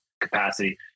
Capacity